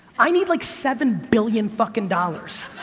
i need like seven billion fucking dollars,